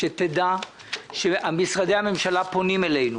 תדע שמשרדי הממשלה פונים אלינו